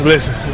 Listen